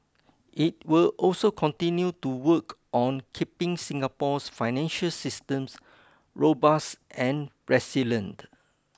it will also continue to work on keeping Singapore's financial systems robust and resilient